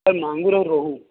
sir मांगूर और रोहू